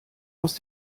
aus